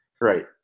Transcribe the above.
right